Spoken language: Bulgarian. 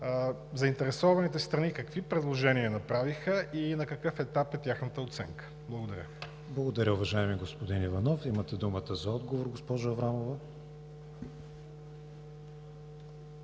заинтересованите страни какви предложения направиха и на какъв етап е тяхната оценка? Благодаря. ПРЕДСЕДАТЕЛ КРИСТИАН ВИГЕНИН: Благодаря, уважаеми господин Иванов. Имате думата за отговор, госпожо Аврамова.